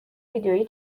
ویدیویی